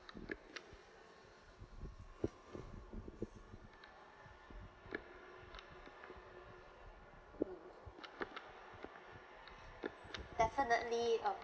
definitely um